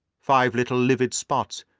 five little livid spots,